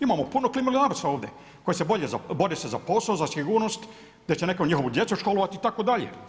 Imamo puno klimoglavaca ovde koji se bore se za posao, za sigurnost da će netko njihovu djecu školovati itd.